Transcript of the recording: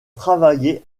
travaillé